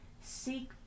Seek